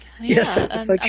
Yes